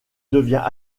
devient